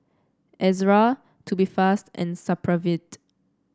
Ezerra Tubifast and Supravit